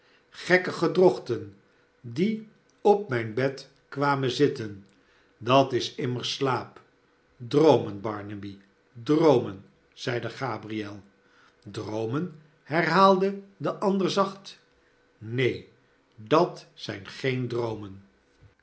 gekke gedrochten die op mijn bed kwamen zitten dat is immers slaap idrpomen barnaby droomen zeide gabriel droomen herhaalde de ander zacht neen dat zijn geen droomen